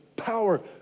power